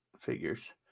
figures